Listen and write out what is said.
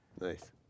Nice